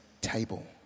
table